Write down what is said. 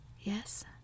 Yes